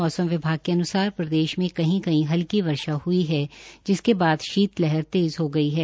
मौसम विभाग के अनुसार प्रदेश में कही कही हल्की वर्षा हई है जिसके बाद शीतलहर तेज़ हो गई है